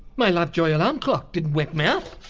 my lovejoy alarm clock didn't wake me up.